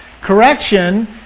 Correction